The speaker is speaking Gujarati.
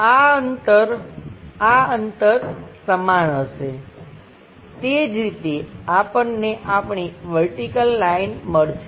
આ અંતર આ અંતર સમાન હશે તે જ રીતે આપણને આપણી વર્ટિકલ લાઈન મળશે